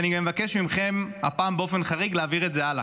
ואני גם מבקש מכם הפעם באופן חריג להעביר את זה הלאה.